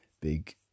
big